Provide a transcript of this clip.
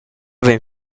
vegn